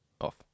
off